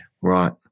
Right